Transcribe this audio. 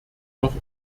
noch